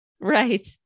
Right